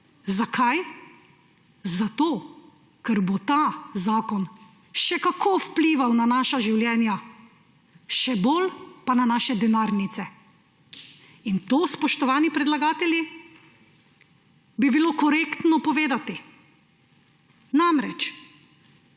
Zakaj? Zato, ker bo ta zakon še kako vplival na naša življenja, še bolj pa na naše denarnice! In to, spoštovani predlagatelji, bi bilo korektno povedati. Namreč